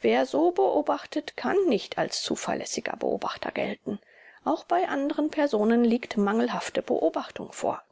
wer so beobachtet kann nicht als zuverlässiger beobachter gelten auch bei anderen personen liegt mangelhafte beobachtung vor